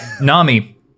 Nami